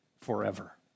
forever